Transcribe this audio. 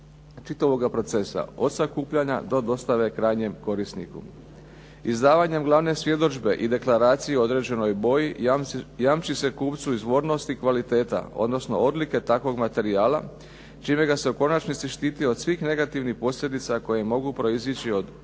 čitavoga procesa od sakupljanja do dostave krajnjem korisniku. Izdavanjem glavne svjedodžbe i deklaracije o određenoj boji, jamči se kupcu izvornost i kvaliteta, odnosno odlike takvog materijala, čime ga se u konačnici štiti od svih negativnih posljedica koje mogu proizaći od